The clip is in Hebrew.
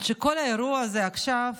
שכל האירוע הזה עכשיו